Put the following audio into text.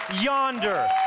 yonder